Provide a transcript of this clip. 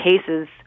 cases